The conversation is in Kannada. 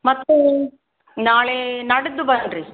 ಮತ್ತೆ ನಾಳೆ ನಾಡಿದ್ದು ಬನ್ನಿರಿ